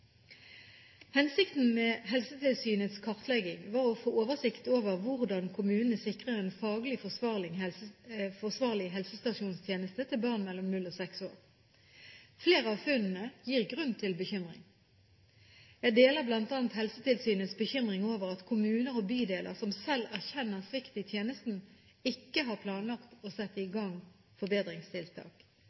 Hensikten med Helsetilsynets kartlegging var å få oversikt over hvordan kommunene sikrer en faglig forsvarlig helsestasjonstjeneste til barn mellom 0 og 6 år. Flere av funnene gir grunn til bekymring. Jeg deler bl.a. Helsetilsynets bekymring over at kommuner og bydeler som selv erkjenner svikt i tjenesten, ikke har planlagt å sette i gang forbedringstiltak.